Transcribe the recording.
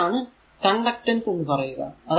അതിനെയാണ് കണ്ടക്ടൻസ് എന്ന് പറയുക